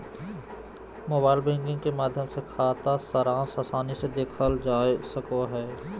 mobile banking के माध्यम से खाता सारांश आसानी से देखल जा सको हय